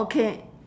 okay